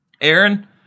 Aaron